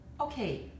Okay